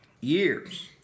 Years